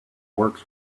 works